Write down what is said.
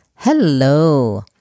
Hello